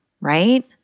right